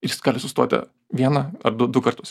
jis gali sustoti vieną ar du du kartus